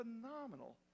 phenomenal